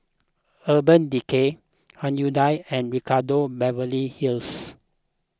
Urban Decay Hyundai and Ricardo Beverly Hills